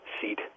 seat